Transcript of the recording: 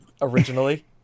originally